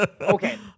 Okay